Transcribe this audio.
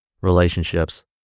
relationships